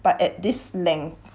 but at this length